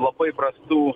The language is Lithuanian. labai prastų